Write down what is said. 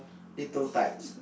little tykes